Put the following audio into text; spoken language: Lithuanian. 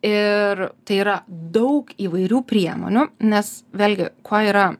ir tai yra daug įvairių priemonių nes vėlgi kuo yra